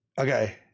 Okay